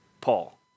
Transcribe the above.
Paul